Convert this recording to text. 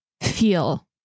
feel